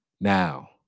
now